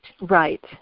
Right